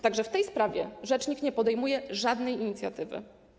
Także w tej sprawie rzecznik nie podejmuje żadnej inicjatywy.